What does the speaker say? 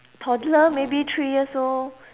toddler maybe three years old